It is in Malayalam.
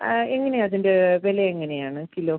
എങ്ങനെയാണ് അതിൻ്റെ വില എങ്ങനെയാണ് കിലോ